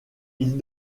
ils